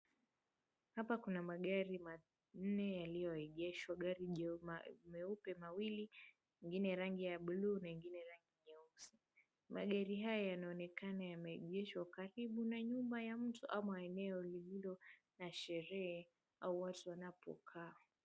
Hapa kuna magari manne yaliyoegeshwa, gari meupe mawili, ingine rangi ya bluu na ingine rangi nyeusi. Magari haya yanaonekana yameegeshwa karibu na nyumba ya mtu ama eneo lililo na sherehe ama watu wanapokaa.